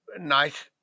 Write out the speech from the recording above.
nice